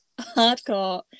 hardcore